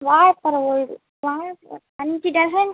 வாழப்பழம் ஒரு வாழப்பழம் அஞ்சு டசன்